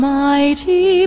mighty